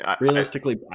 Realistically